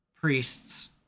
priests